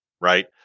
right